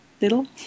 little